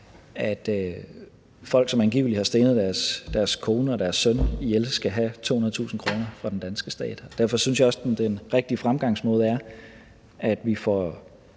at folk, som angiveligt har stenet deres kone og deres søn ihjel, skal have 200.000 kr. fra den danske stat. Derfor synes jeg også, at den rigtige fremgangsmåde er, at vi får